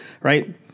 right